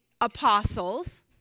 apostles